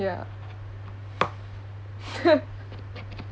ya